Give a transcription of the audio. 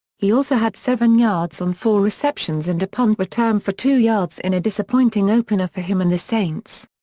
he also had seven yards on four receptions and a punt return for two yards in a disappointing opener for him and the saints.